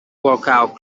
workout